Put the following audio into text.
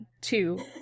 Two